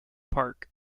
park